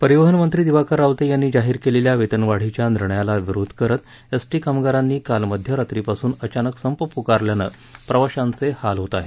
परिवहन मंत्री दिवाकर रावते यांनी जाहिर केलेल्या वेतनवाढीच्या निर्णयाला विरोध करीत एसटी कामगारांनी काल मध्यरात्रीपासून अचानक संप प्कारल्यानं प्रवाशांचे हाल होत आहेत